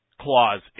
clause